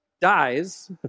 dies